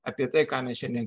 apie tai ką mes šiandien